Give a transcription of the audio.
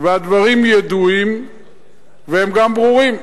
והדברים ידועים והם גם ברורים.